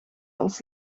als